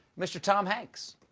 mr. tom hanks.